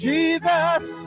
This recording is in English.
Jesus